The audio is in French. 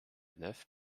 nef